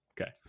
Okay